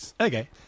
Okay